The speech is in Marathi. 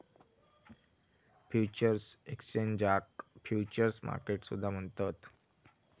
फ्युचर्स एक्सचेंजाक फ्युचर्स मार्केट सुद्धा म्हणतत